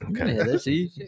Okay